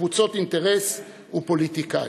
קבוצות אינטרס ופוליטיקאים,